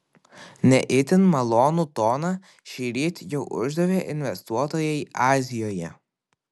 ne itin malonų toną šįryt jau uždavė investuotojai azijoje